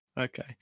okay